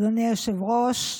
אדוני היושב-ראש,